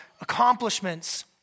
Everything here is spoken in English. accomplishments